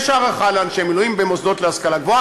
יש הערכה לאנשי מילואים במוסדות להשכלה גבוהה,